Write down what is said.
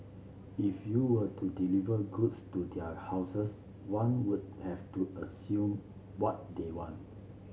if you were to deliver goods to their houses one would have to assume what they want